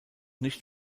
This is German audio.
nicht